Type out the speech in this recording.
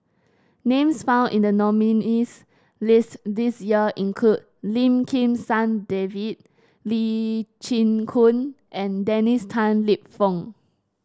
names found in the nominees' list this year include Lim Kim San David Lee Chin Koon and Dennis Tan Lip Fong